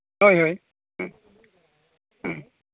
ᱦᱳᱭ ᱦᱳᱭ ᱦᱚᱸ ᱦᱚᱸ